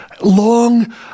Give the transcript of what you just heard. long